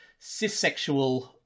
cissexual